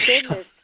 goodness